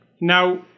Now